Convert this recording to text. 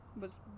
was-